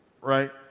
right